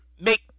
make